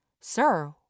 Sir